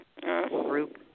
group